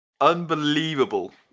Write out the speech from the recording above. Unbelievable